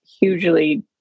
hugely